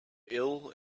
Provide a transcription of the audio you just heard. ill